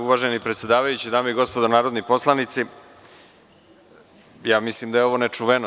Uvaženi predsedavajući, dame i gospodo narodni poslanici, mislim da je ovo nečuveno.